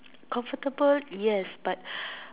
comfortable yes but